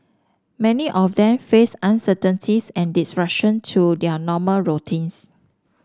many of them faced uncertainties and disruption to their normal routines